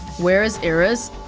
where is iris?